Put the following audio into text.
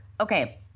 okay